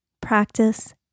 practice